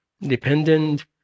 dependent